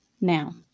Now